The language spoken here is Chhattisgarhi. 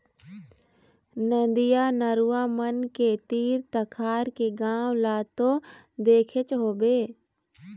नदिया, नरूवा मन के तीर तखार के गाँव ल तो देखेच होबे